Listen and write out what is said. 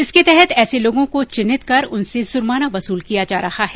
इसके तहत ऐसे लोगों को चिन्हित कर उनसे जुर्माना वसूल किया जा रहा है